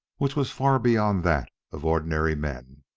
which was far beyond that of ordinary men.